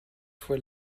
fois